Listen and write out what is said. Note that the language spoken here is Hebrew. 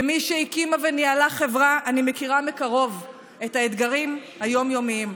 כמי שהקימה וניהלה חברה אני מכירה מקרוב את האתגרים היום-יומיים.